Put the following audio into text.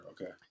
Okay